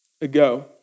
ago